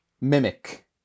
Mimic